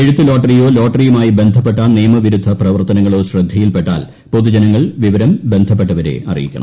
എഴുത്ത് ലോട്ടറിയോ ലോട്ടറിയുമായി ബന്ധപ്പെട്ട നിയമവിരുദ്ധ പ്രവർത്തനങ്ങളോ ശ്രദ്ധയിൽപെട്ടാൽ പൊതുജനങ്ങൾ വിവരം ബന്ധപ്പെട്ടവരെ അറിയിക്കണം